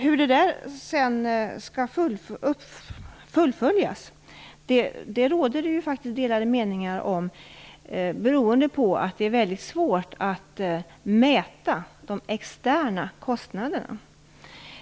Hur detta sedan skall fullföljas råder det delade meningar om. Det är väldigt svårt att mäta de externa kostnaderna.